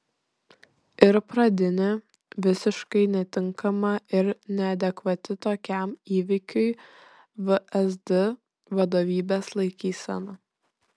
ir pradinė visiškai netinkama ir neadekvati tokiam įvykiui vsd vadovybės laikysena